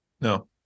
No